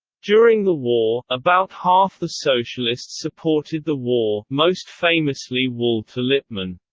during the war, about half the socialists supported the war, most famously walter lippmann.